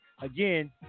again